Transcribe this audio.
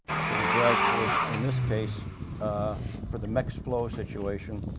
so, the drag force in this case ah for the mixed flow situation